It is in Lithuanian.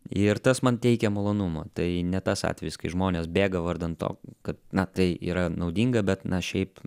ir tas man teikia malonumo tai ne tas atvejis kai žmonės bėga vardan to kad na tai yra naudinga bet na šiaip